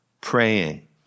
praying